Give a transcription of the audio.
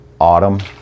autumn